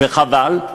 חבל.